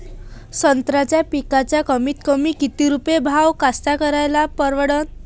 संत्र्याचा पिकाचा कमीतकमी किती रुपये भाव कास्तकाराइले परवडन?